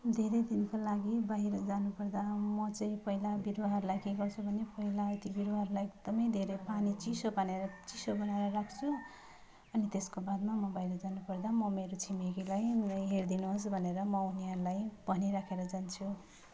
धेरै दिनको लागि बाहिर जानुपर्दा म चाहिँ पहिला बिरुवाहरूलाई के गर्छु भने पहिला ती बिरुवाहरूलाई एकदमै धेरै पानी चिसो पारेर चिसो बनाएर राख्छु अनि त्यसको बादमा म बाहिर जानुपर्दा म मेरो छिमेकीलाई नै हेरिदिनु होस् भनेर म उनीहरूलाई भनिराखेर जान्छु